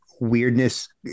weirdness